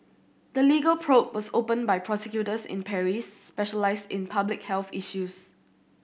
the legal probe was opened by prosecutors in Paris specialised in public health issues